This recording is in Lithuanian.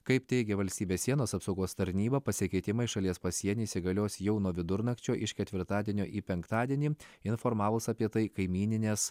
kaip teigė valstybės sienos apsaugos tarnyba pasikeitimai šalies pasieny įsigalios jau nuo vidurnakčio iš ketvirtadienio į penktadienį informavus apie tai kaimynines